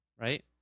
right